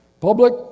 Public